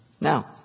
Now